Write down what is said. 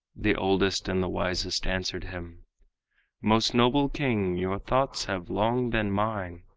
the oldest and the wisest answered him most noble king, your thoughts have long been mine.